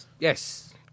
Yes